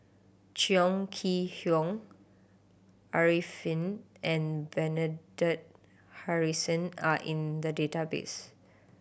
Chong Kee Hiong Arifin and Bernard Harrison are in the database